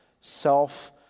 self